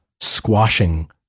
squashing